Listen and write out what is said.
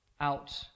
out